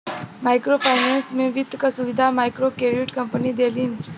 micro finance में वित्त क सुविधा मइक्रोक्रेडिट कम्पनी देलिन